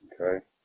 Okay